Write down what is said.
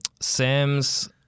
Sam's